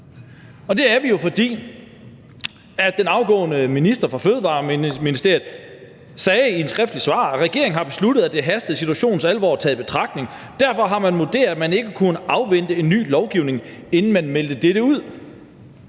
er. Det er vi jo, fordi den afgåede minister for fødevarer, fiskeri og ligestilling i et skriftligt svar sagde: »Regeringen har besluttet, at det hastede situationens alvor taget i betragtning. Derfor har man vurderet, at man ikke kunne afvente ny lovgivning, inden man meldte dette ud.«